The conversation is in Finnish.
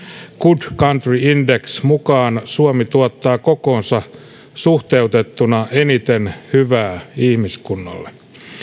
good country index mittauksen mukaan suomi tuottaa kokoonsa suhteutettuna eniten hyvää ihmiskunnalle